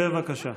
בבקשה.